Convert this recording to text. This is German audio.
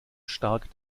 stark